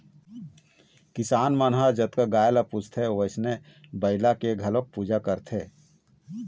किसान मन ह जतका गाय ल पूजथे वइसने बइला के घलोक पूजा करथे